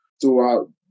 throughout